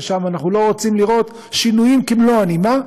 ששם אנחנו לא רוצים לראות שינויים כמלוא הנימה,